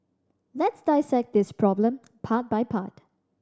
let's dissect this problem part by part